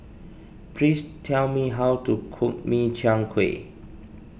please tell me how to cook Min Chiang Kueh